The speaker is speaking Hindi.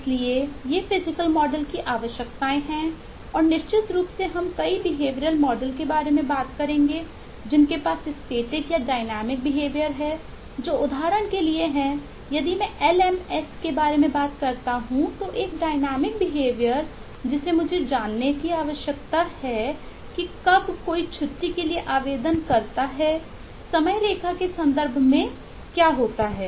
इसलिए ये फिजिकल मॉडल जिसे मुझे जानना आवश्यक है की कब कोई छुट्टी के लिए आवेदन करता है समयरेखा के संदर्भ में क्या होता है